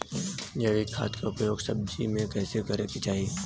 जैविक खाद क उपयोग सब्जी में कैसे करे के चाही?